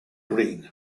green